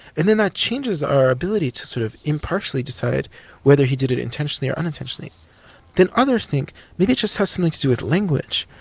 and then that changes our ability to sort of impartially decide whether he did it intentionally or unintentionally. and then others think maybe it just has something to do with language,